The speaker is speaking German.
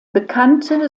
bekannte